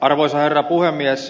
arvoisa herra puhemies